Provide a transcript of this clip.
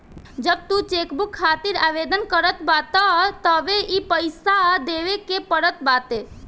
जब तू चेकबुक खातिर आवेदन करत बाटअ तबे इ पईसा देवे के पड़त बाटे